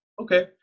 Okay